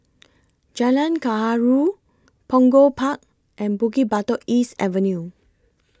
Jalan Gaharu Punggol Park and Bukit Batok East Avenue